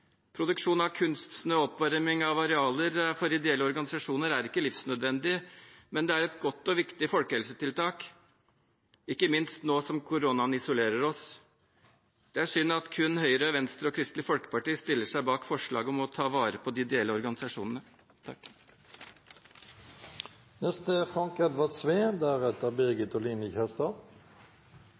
Produksjon av kunstsnø og oppvarming av arealer for ideelle organisasjoner er ikke livsnødvendig, men det er et godt og viktig folkehelsetiltak, ikke minst nå som koronaen isolerer oss. Det er synd at kun Høyre, Venstre og Kristelig Folkeparti stiller seg bak forslaget om å ta vare på de ideelle organisasjonene.